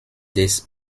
des